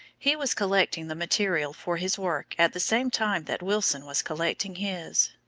he was collecting the material for his work at the same time that wilson was collecting his,